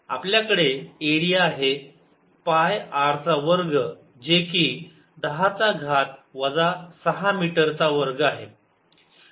आपल्याकडे एरिया आहे pi r चा वर्ग जे कि 10 चा घात वजा ६ मीटर चा वर्ग आहे